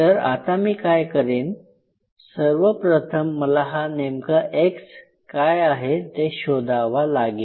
तर आता मी काय करेन सर्व प्रथम मला हा नेमका "x" काय आहे ते शोधावा लागेन